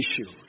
issue